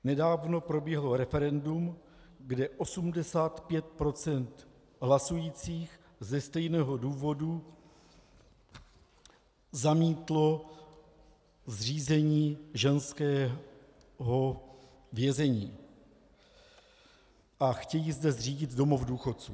Nedávno proběhlo referendum, kde 85 % hlasujících ze stejného důvodu zamítlo zřízení ženského vězení a chtějí zde zřídit domov důchodců.